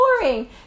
boring